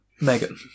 Megan